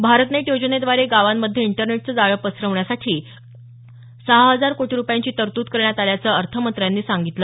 Bharat net योजनेद्वारे गावांमध्ये इंटरनेटचं जाळ पसरवण्यासाठी सहा हजार कोटी रूपयांची तरतूद करण्यात आल्याचं अर्थमंत्र्यांनी सांगितलं